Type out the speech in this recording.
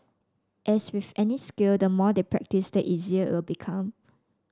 as with any skill the more they practise the easier it will become